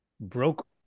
broke